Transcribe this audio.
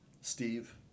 Steve